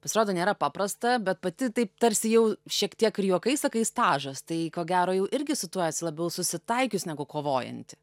pasirodo nėra paprasta bet pati taip tarsi jau šiek tiek ir juokais sakai stažas tai ko gero jau irgi su tuo esi labiau susitaikius negu kovojanti